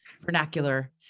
vernacular